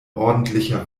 ordentlicher